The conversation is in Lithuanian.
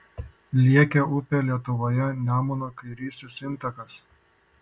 liekė upė lietuvoje nemuno kairysis intakas